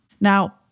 Now